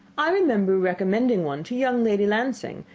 i remember recommending one to young lady lancing,